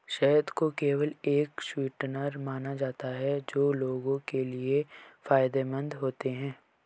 शहद को केवल एक स्वीटनर माना जाता था जो लोगों के लिए फायदेमंद होते हैं